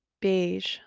beige